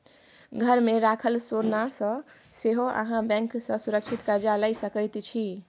घरमे राखल सोनासँ सेहो अहाँ बैंक सँ सुरक्षित कर्जा लए सकैत छी